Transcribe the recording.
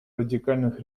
радикальных